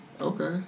Okay